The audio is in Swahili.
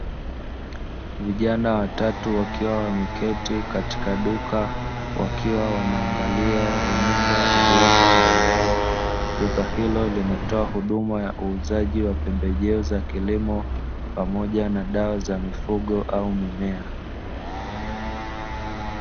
Vijana watatu wakiwa wameketi katika duka wakiwa wanaangalia runinga iliyopo mbele yao, duka hilo linatoa huduma ya uuzaji wa pembejeo za kilimo pamoja na dawa za mifugo au mimea.